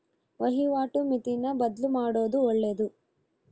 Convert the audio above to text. ವಹಿವಾಟು ಮಿತಿನ ಬದ್ಲುಮಾಡೊದು ಒಳ್ಳೆದು